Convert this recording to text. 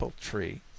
tree